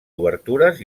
obertures